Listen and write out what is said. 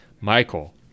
Michael